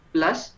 Plus